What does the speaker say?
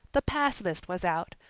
the pass list was out!